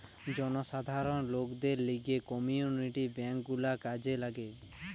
জনসাধারণ লোকদের লিগে কমিউনিটি বেঙ্ক গুলা কাজে লাগে